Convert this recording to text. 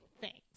thanks